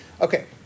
Okay